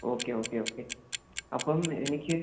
okay okay okay അപ്പം എനിക്ക്